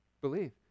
believe